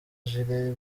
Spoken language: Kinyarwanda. jireh